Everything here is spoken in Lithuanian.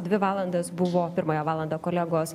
dvi valandas buvo pirmąją valandą kolegos